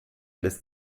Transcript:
lässt